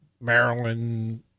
Maryland